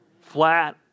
Flat